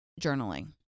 journaling